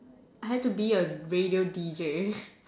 I had to be a radio D_J